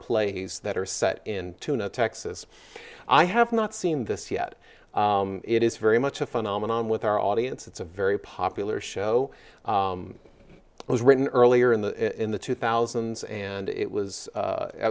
plays that are set in texas i have not seen this yet it is very much a phenomenon with our audience it's a very popular show it was written earlier in the in the two thousand and it was